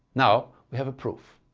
now we have a proof.